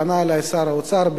פנה אלי שר האוצר,